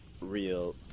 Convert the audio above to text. real